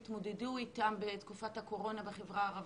התמודדו איתם בתקופת הקורונה בחברה הערבית.